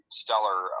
stellar